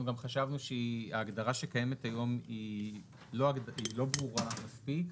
גם חשבנו שההגדרה שקיימת היום היא לא ברורה מספיק.